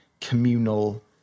communal